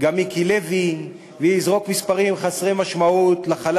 גם מיקי לוי ויזרוק מספרים חסרי משמעות לחלל